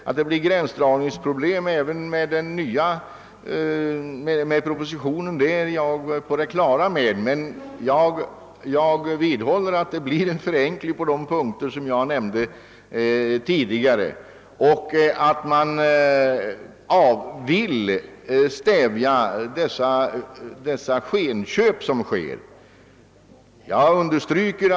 Att det blir gränsdragningsproblem är jag på det klara med, men jag vidhåller att det blir en förenkling på de punkter som jag nämnde tidigare och att man genom propositionens förslag kan stävja skenköp.